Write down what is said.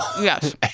yes